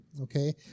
Okay